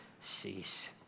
cease